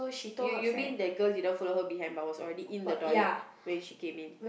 you you mean the girl didn't follow her behind but was already in the toilet when she came in